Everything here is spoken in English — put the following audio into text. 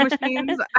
machines